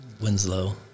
Winslow